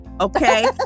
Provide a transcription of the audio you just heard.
Okay